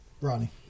Ronnie